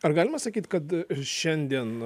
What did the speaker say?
ar galima sakyt kad šiandien